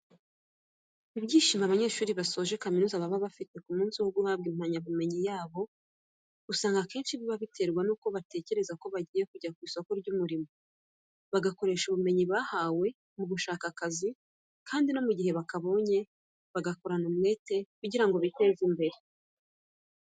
Ibyishimo abanyeshuri basoje kaminuza baba bafite ku munsi wa guhabwa impamyabumenyi yabo, usanga akenshi biba biterwa nuko baba batekereza ko bagiye kujya ku isoko ry'umurimo, bagakoresha ubumenyi bahawe mu gushaka akazi kandi no mu gihe bakabonye, bakagakorana umwete kugira ngo biteze imbere.